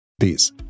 Peace